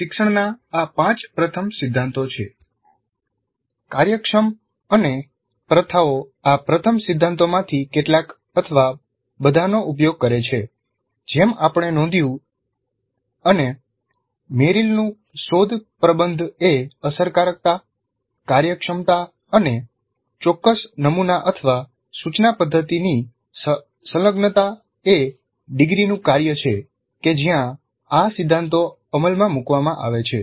શિક્ષણના આ પાંચ પ્રથમ સિદ્ધાંતો છે કાર્યક્રમ અને પ્રથાઓ આ પ્રથમ સિદ્ધાંતોમાંથી કેટલાક અથવા બધાનો ઉપયોગ કરે છે જેમ આપણે નોંધ્યું છે અને મેરિલનું શોધ પ્રબંધ એ અસરકારકતા કાર્યક્ષમતા અને ચોક્કસ નમુના અથવા સૂચના પદ્ધતિની સંલગ્નતા એ ડિગ્રીનું કાર્ય છે કે જ્યાં આ સિદ્ધાંતો અમલમાં મૂકવામાં આવે છે